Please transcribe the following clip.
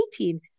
18